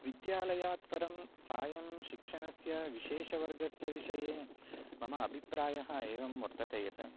विद्यालयात् परं सायं शिक्षणस्य विशेषवर्गस्य विषये मम अभिप्रायः एवं वर्तते यत्